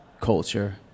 culture